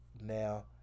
now